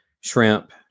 shrimp